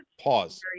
Pause